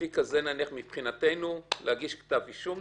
למשל שהתיק הזה מבחינתנו הוא להגשת כתב אישום,